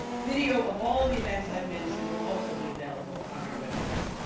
video of all of the events i've mentioned will also be available on our website.